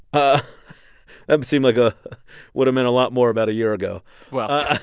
but um seemed like a would've meant a lot more about a year ago well.